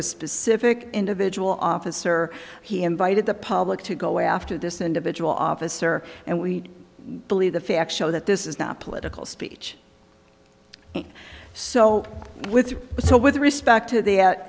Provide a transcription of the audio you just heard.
a specific individual officer he invited the public to go after this individual officer and we believe the facts show that this is not political speech and so with so with respect to th